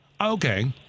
okay